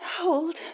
hold